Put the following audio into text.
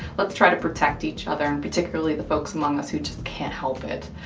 let's try to protect each other, and particularly the folks among us who just can't help it.